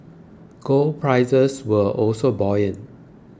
gold prices were also buoyant